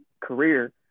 career